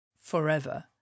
forever